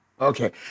Okay